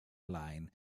line